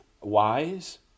wise